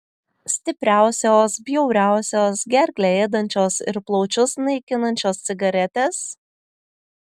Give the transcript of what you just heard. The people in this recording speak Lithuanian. stipriausios bjauriausios gerklę ėdančios ir plaučius naikinančios cigaretės